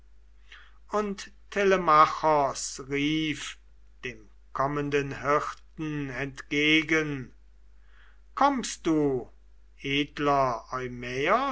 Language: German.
und telemachos rief dem kommenden hirten entgegen kommst du edler